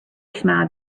smiled